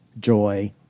joy